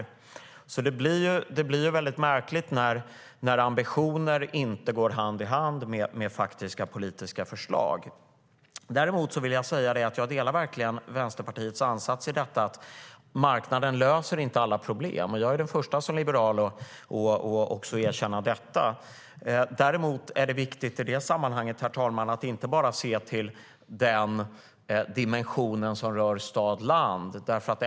Det blir väldigt märkligt när ambitioner inte går hand i hand med faktiska politiska förslag. Däremot vill jag säga att jag verkligen delar Vänsterpartiets ansats i detta, att marknaden inte löser alla problem. Jag är den förste, som liberal, att också erkänna detta. Men det är viktigt i det sammanhanget, herr talman, att inte bara se till den dimension som rör stad-land.